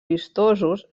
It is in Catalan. vistosos